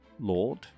Lord